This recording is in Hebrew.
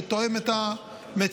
שתואם את המציאות.